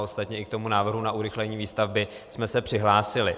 Ostatně i k tomu návrhu na urychlení výstavby jsme se přihlásili.